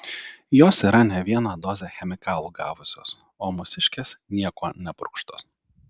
jos yra ne vieną dozę chemikalų gavusios o mūsiškės niekuo nepurkštos